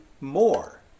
more